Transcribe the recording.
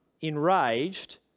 enraged